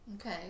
Okay